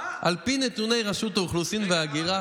על פי נתוני רשות האוכלוסין וההגירה,